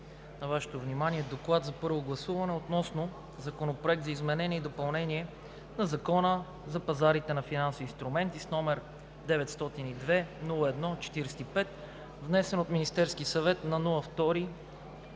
на Вашето внимание „ДОКЛАД за първо гласуване относно Законопроект за изменение и допълнение на Закона за пазарите на финансови инструменти, № 902-01-45, внесен от Министерския съвет на 2